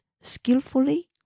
skillfully